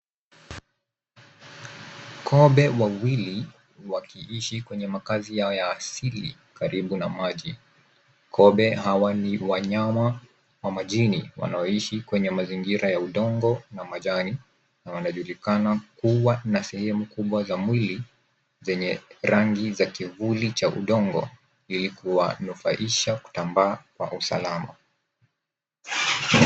Kobe wawili wakiishi kwenye makazi yao ya asili karibu na maji. Kobe hawa ni wanyama wa majini wanaoishi kwenye mazingira ya udongo na majani na wanajulikana kuwa na sehemu kubwa za mwili zenye rangi za kivuli cha udongo ili kuwanufaisha kutambaa kwa usalama.